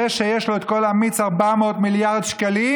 זה שיש לו את כל המיץ, 400 מיליארד שקלים,